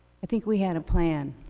i think we had a plan,